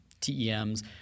TEMs